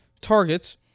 targets